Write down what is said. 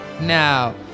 Now